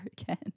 again